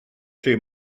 lle